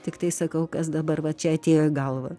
tiktai sakau kas dabar va čia atėjo į galvą